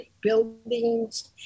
buildings